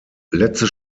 letzte